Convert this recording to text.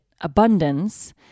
abundance